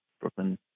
Brooklyn